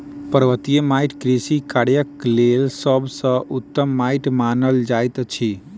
पर्वतीय माइट कृषि कार्यक लेल सभ सॅ उत्तम माइट मानल जाइत अछि